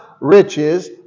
riches